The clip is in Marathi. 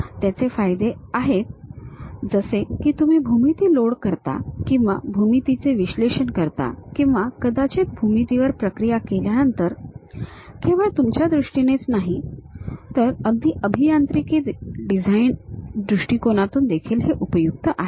त्याचे फायदे आहेत जसे की तुम्ही भूमिती लोड करता किंवा भूमितीचे विश्लेषण करता किंवा कदाचित भूमितीवर प्रक्रिया केल्यानंतर केवळ तुमच्या दृष्टीनेच नाही अगदी अभियांत्रिकी डिझाइन दृष्टिकोनातून देखील हे उपयुक्त आहे